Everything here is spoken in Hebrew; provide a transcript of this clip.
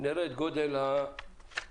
נראה את גודל אי-ההסכמות,